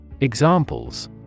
Examples